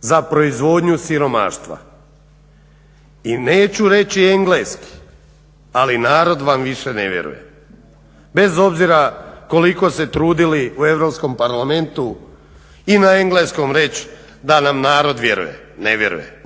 za proizvodnju siromaštva. I neću reći engleski, ali narod vam više ne vjeruje bez obzira koliko se trudili u Europskom parlamentu i na engleskom reći da nam narod vjeruje. Ne vjeruje!